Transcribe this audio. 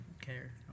care